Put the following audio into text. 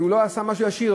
הוא לא עשה משהו ישיר,